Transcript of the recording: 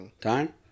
time